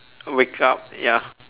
wake up ya